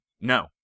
no